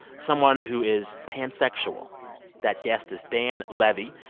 someone who is pansexual that guest is dan levy.